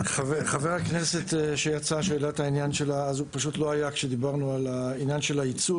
חבר הכנסת שדיבר לא היה כשדיברנו על הייצוג.